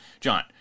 John